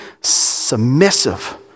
submissive